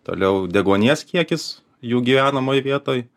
toliau deguonies kiekis jų gyvenamoj vietoj